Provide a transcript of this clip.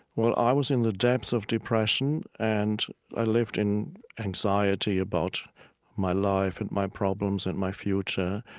well, i was in the depth of depression, and i lived in anxiety about my life and my problems and my future.